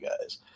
guys